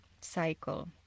cycle